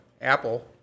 Apple